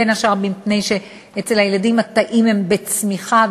בין השאר מפני שאצל הילדים התאים הם בצמיחה,